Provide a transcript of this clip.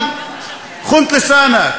אמירות קיצוניות,